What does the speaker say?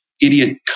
idiot